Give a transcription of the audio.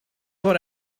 what